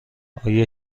آیا